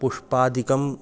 पुष्पादिकम्